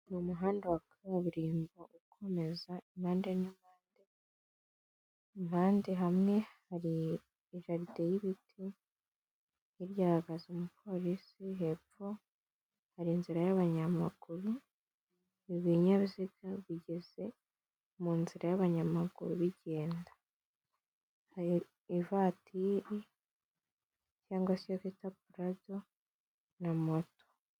Ni umuhanda wa kaburimbo ukomeza impande n'impande, impande hamwe hari jaride y'ibiti, hirya hahagaze umupolisi hepfo hari inzira y'abanyamaguru, ibinyabiziga bigeze mu nzira y'abanyamaguru bigenda, hari ivatiri cyangwa se iyo bita Parado na moto.